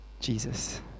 Jesus